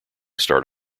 start